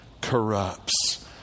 corrupts